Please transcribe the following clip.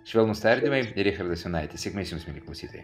švelnūs tardymai ir richardas jonaitis sėkmės jums mieli klausytojai